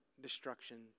destruction